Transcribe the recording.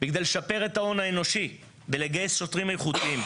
כדי לשפר את ההון האנושי ולגייס שוטרים איכותיים,